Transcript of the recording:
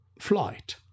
flight